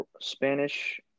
Spanish